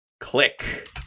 click